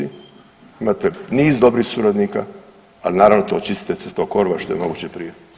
Imate niz dobrih suradnika, ali naravno očistite se tog korova što je moguće prije.